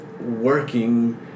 working